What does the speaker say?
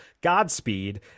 Godspeed